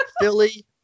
Philly